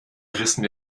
rissen